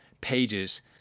pages